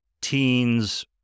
teens